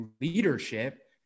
leadership